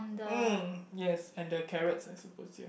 mm yes and the carrots I suppose ya